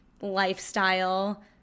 lifestyle